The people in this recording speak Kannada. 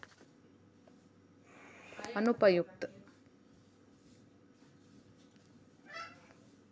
ಸರಕಾರಿ ಗೊಬ್ಬರ ಬಳಸುವುದರಿಂದ ಮುಂದಿನ ಪೇಳಿಗೆಗೆ ಉಪಯುಕ್ತವೇ ಅಥವಾ ಅನುಪಯುಕ್ತವೇ ಹೇಳಿರಿ